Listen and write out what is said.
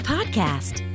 Podcast